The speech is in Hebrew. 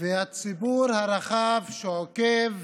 הציבור הרחב שעוקב